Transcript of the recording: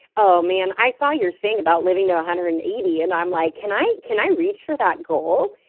oh, man, i saw your thing about living to one ah hundred and eighty, and i'm like, can i can i reach for that goal?